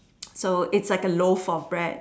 so it's like a loaf of bread